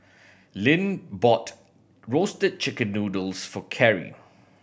Lynn bought roasted chicken noodles for Carri